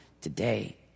today